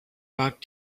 back